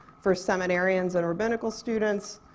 for seminarians and rabbinical students,